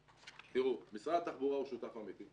תראו, משרד התחבורה הוא שותף אמיתי.